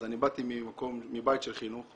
אז אני באתי מבית של חינוך.